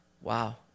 wow